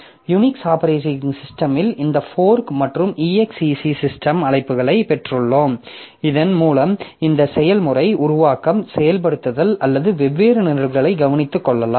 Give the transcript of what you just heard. Unix operating சிஸ்டமில் இந்த fork மற்றும் exec சிஸ்டம் அழைப்புகளை பெற்றுள்ளோம் இதன் மூலம் இந்த செயல்முறை உருவாக்கம் செயல்படுத்தல் அல்லது வெவ்வேறு நிரல்களை கவனித்துக் கொள்ளலாம்